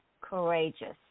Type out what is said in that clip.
courageous